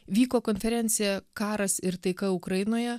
vyko konferencija karas ir taika ukrainoje